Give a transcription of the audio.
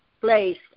place